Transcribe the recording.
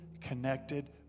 connected